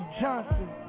Johnson